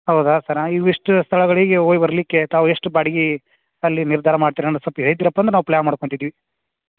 ಹೌದಾ ಸರ್ ಇವಿಷ್ಟು ಸ್ಥಳಗಳಿಗೆ ಹೋಯ್ ಬರಲಿಕ್ಕೆ ತಾವು ಎಷ್ಟು ಬಾಡ್ಗಿ ಅಲ್ಲಿ ನಿರ್ಧಾರ ಮಾಡ್ತೀರ ಅಂತ ಸ್ವಲ್ಪ ಹೇಳ್ತಿರಪ್ಪ ಅಂದ್ರೆ ನಾವು ಪ್ಲ್ಯಾನ್ ಮಾಡ್ಕೊಳ್ತಿದ್ವಿ